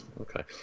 okay